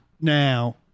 now